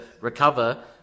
recover